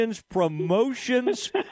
promotions